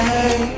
Hey